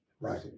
Right